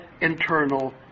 internal